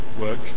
work